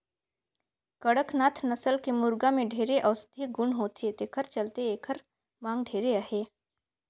कड़कनाथ नसल के मुरगा में ढेरे औसधीय गुन होथे तेखर चलते एखर मांग ढेरे अहे